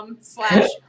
slash